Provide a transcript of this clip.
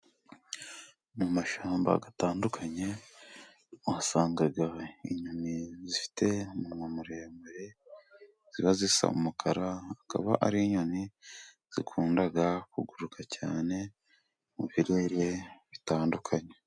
Mu mashyamba atandukanye uhasanga inyoni zifite umunwa muremure ziba zisa n'umukara ,zikaba ari inyoni zakunda kuguruka cyane mu birere bitandukanye.